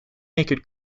naked